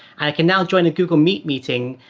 i can now join a google meet meeting,